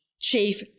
Chief